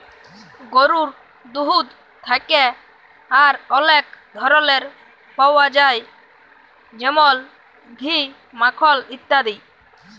গরুর দুহুদ থ্যাকে আর অলেক ধরলের পাউয়া যায় যেমল ঘি, মাখল ইত্যাদি